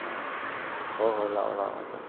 ꯑꯣ ꯍꯣꯏ ꯍꯣꯏ ꯂꯥꯛꯑꯣ ꯂꯥꯛꯑꯣ ꯑꯣꯖꯥ